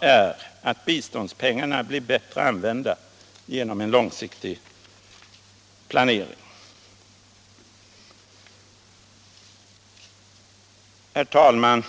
är att biståndspengarna blir bättre använda genom en långsiktig planering. Herr talman!